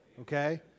Okay